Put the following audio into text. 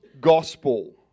gospel